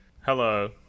Hello